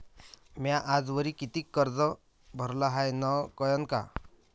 म्या आजवरी कितीक कर्ज भरलं हाय कळन का?